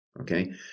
okay